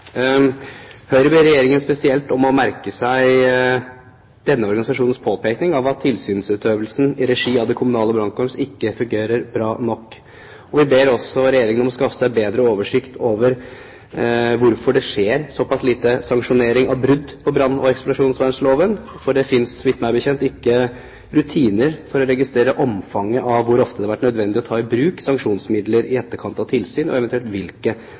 regi av de kommunale brannkorps ikke fungerer bra nok. Vi ber også Regjeringen om å skaffe seg bedre oversikt over hvorfor det skjer så pass lite sanksjonering av brudd på brann- og eksplosjonsvernloven. Det finnes ikke, så vidt meg bekjent, rutiner for å registrere omfanget med hensyn til hvor ofte det har vært nødvendig å ta i bruk sanksjonsmidler i etterkant av tilsyn, og eventuelt hvilke